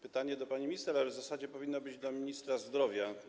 Pytanie do pani minister, ale w zasadzie powinno być ono do ministra zdrowia.